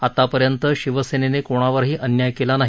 आतापर्यंत शिवसेनेने कोणावरही अन्याय केला नाही